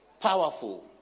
powerful